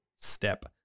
step